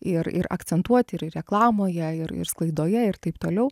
ir ir akcentuoti ir reklamoje ir ir sklaidoje ir taip toliau